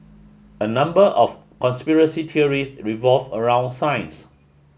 a number of conspiracy theories revolve around science